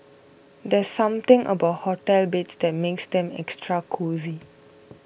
there's something about hotel beds that makes them extra cosy